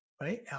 right